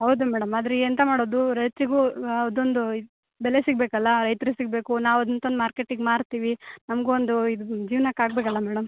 ಹೌದು ಮೇಡಮ್ ಆದರೆ ಎಂತ ಮಾಡೋದು ರೈತರಿಗೂ ಅದೊಂದು ಬೆಲೆ ಸಿಗಬೇಕಲ್ಲ ರೈತ್ರಿಗೆ ಸಿಗಬೇಕು ನಾವು ಅದನ್ನು ತಂದು ಮಾರ್ಕೆಟ್ಟಿಗೆ ಮಾರ್ತೀವಿ ನಮಗೂ ಒಂದು ಇದು ಜೀವ್ನಕ್ಕೆ ಆಗಬೇಕಲ್ಲ ಮೇಡಮ್